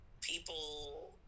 people